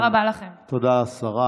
תודה רבה, השרה.